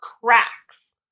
cracks